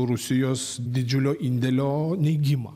rusijos didžiulio indėlio neigimą